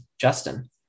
Justin